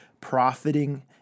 profiting